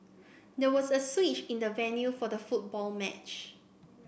there was a switch in the venue for the football match